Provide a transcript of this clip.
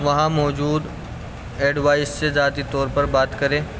وہاں موجود ایڈوائز سے ذاتی طور پر بات کریں